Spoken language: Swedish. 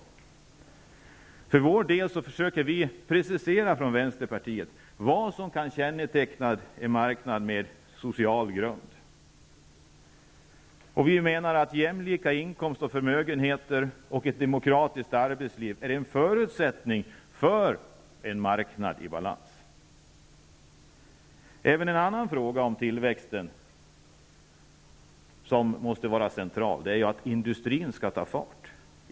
Vi från vänsterpartiet försöker precisera vad som kan känneteckna en marknad med social grund. Vi menar att jämlika inkomster och förmögenheter och ett demokratiskt arbetsliv är en förutsättning för en marknad i balans. En annan fråga när det gäller tillväxten som måste vara central är att industrin skall ta fart.